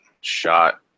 shot